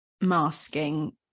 masking